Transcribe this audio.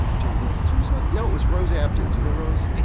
directors, was it? no, it was rose abdoo do you know rose?